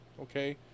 okay